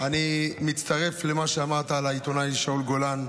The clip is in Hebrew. אני מצטרף למה שאמרת על העיתונאי שאול גולן.